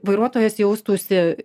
vairuotojas jaustųsi